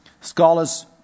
Scholars